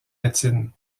latine